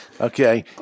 Okay